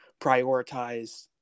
prioritize